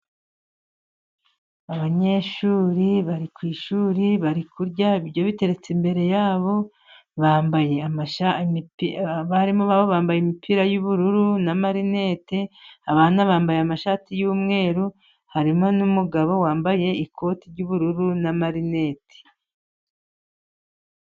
Abanyeshuri bari ku ishuri, bari kurya ibiryo biteretse imbere yabo, bambaye amashati, abarimu nabo bambaye imipira yubururu, n'amarinete, abana bambaye amashati y'umweru, harimo n'umugabo wambaye ikoti ry'ubururu n' amarinete.